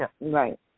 right